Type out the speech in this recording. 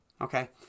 Okay